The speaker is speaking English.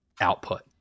output